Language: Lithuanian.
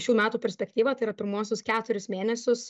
šių metų perspektyvą tai yra pirmuosius keturis mėnesius